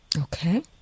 Okay